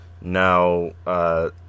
Now